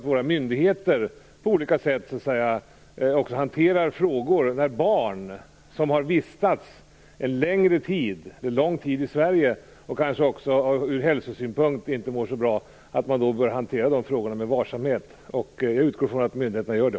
Våra myndigheter bör hantera fall där barn som har vistats en längre tid i Sverige och kanske inte mår så bra med varsamhet. Jag utgår från att myndigheterna gör det.